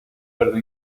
cerdo